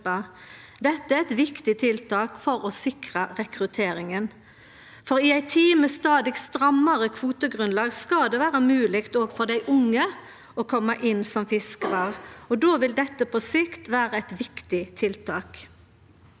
Dette er eit viktig tiltak for å sikre rekrutteringa, for i ei tid med stadig strammare kvotegrunnlag skal det vere mogleg òg for dei unge å kome inn som fiskarar. Då vil dette på sikt vere eit viktig tiltak.